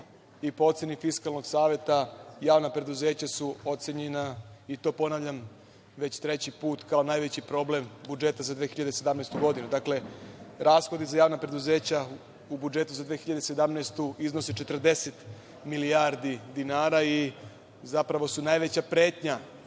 i po oceni Fiskalnog saveta, javna preduzeća su ocenjena i to ponavljam već treći put, kao najveći problem budžeta za 2017. godinu. Dakle, rashodi za javna preduzeća u budžetu za 2017. godinu iznose 40 milijardi dinara i zapravo su najveća pretnja